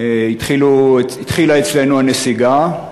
התחילה אצלנו הנסיגה.